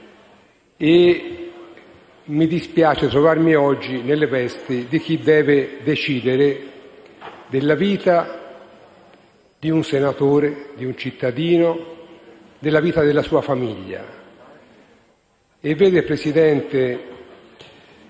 e mi dispiace trovarmi oggi nelle vesti di chi deve decidere della vita di un senatore, di un cittadino, e della sua famiglia. Signor Presidente,